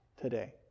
today